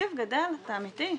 התקציב גדל, אתה אמתי?